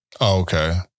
Okay